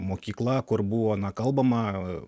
mokykla kur buvo kalbama